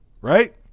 right